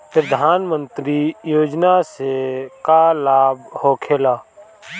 प्रधानमंत्री योजना से का लाभ होखेला?